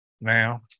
now